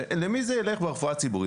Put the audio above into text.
ולמי זה ילך ברפואה הציבורית?